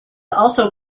also